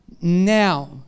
Now